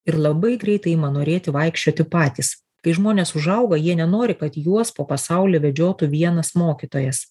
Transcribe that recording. ir labai greitai ima norėti vaikščioti patys kai žmonės užauga jie nenori kad juos po pasaulį vedžiotų vienas mokytojas